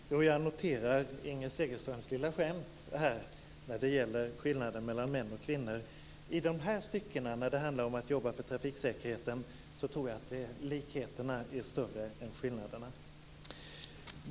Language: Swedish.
Fru talman! Jag noterade Inger Segelströms lilla skämt när det gäller skillnaden mellan män och kvinnor. I de här styckena, när det handlar om att arbeta för trafiksäkerheten, tror jag att likheterna är större än skillnaderna.